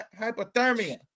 hypothermia